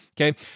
okay